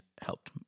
helped